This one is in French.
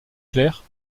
claire